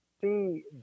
see